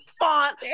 font